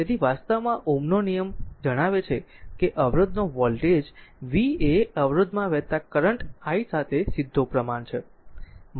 તેથી વાસ્તવમાં Ω નો લો જણાવે છે કે એક અવરોધનો વોલ્ટેજ v એ અવરોધ માં વહેતા કરંટ i સાથે સીધો પ્રમાણ છે